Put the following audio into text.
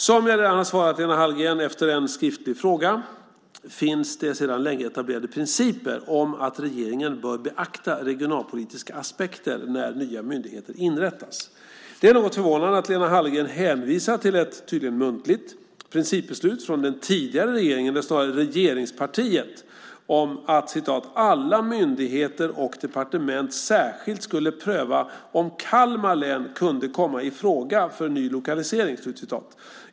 Som jag redan har svarat Lena Hallengren efter en skriftlig fråga finns det sedan länge etablerade principer om att regeringen bör beakta regionalpolitiska aspekter när nya myndigheter inrättas. Det är något förvånande att Lena Hallengren hänvisar till ett, tydligen muntligt, principbeslut från den tidigare regeringen, eller snarare från regeringspartiet, om att "alla myndigheter och departement särskilt skulle pröva om Kalmar län kunde komma i fråga för ny lokalisering".